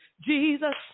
Jesus